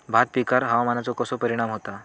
भात पिकांर हवामानाचो कसो परिणाम होता?